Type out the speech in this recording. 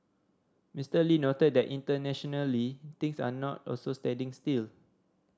Mister Lee noted that internationally things are not also standing still